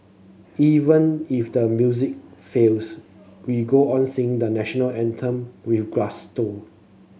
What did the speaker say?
even if the music fails we go on sing the National Anthem with gusto